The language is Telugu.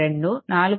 2 4